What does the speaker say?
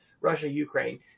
Russia-Ukraine